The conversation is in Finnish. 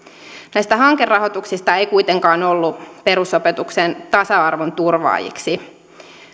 näistä hankerahoituksista ei kuitenkaan ollut perusopetuksen tasa arvon turvaajiksi